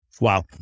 Wow